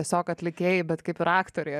tiesiog atlikėjai bet kaip ir aktorė